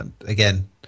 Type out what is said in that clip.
again